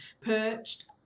perched